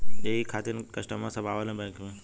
यही खातिन कस्टमर सब आवा ले बैंक मे?